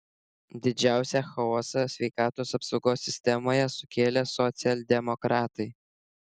didžiausią chaosą sveikatos apsaugos sistemoje sukėlė socialdemokratai